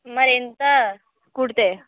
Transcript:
మరి ఎంత కుడితే